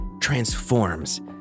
transforms